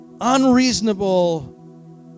unreasonable